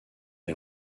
est